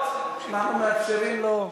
שאף שאנחנו מאפשרים לו,